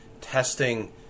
testing